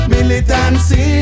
Militancy